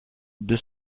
deux